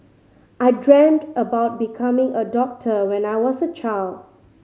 I dreamt of becoming a doctor when I was a child